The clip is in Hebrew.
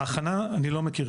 בהכנה אני לא מכיר,